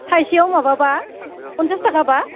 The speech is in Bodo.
थाइसेयाव माबा बा पन्सास ताकाबा